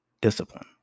discipline